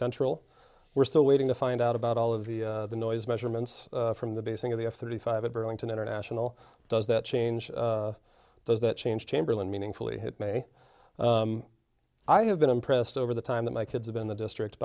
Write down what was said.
central we're still waiting to find out about all of the noise measurements from the basing of the f thirty five at burlington international does that change does that change chamberlain meaningfully hit may i have been impressed over the time that my kids have been the district